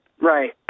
Right